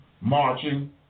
marching